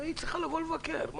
היא צריכה לבוא לבקר.